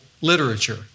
literature